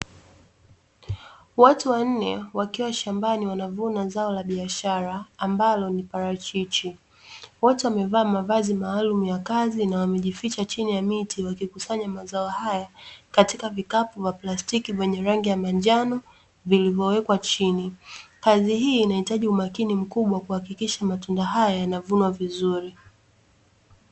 Watu wanne wakiwa shambani wanavuna zao la biashara ambalo ni parachichi. Wote wamevaa mavazi maalumu ya kazi na wamejificha chini ya miti wakikusanya mazao haya katika vikapu vya plastiki vyenye rangi ya manjano vilivyowekwa chini. Kazi hii inahitaji umakini mkubwa kuhakikisha matunda haya yanavunwa vizuri.